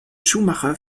schuhmacher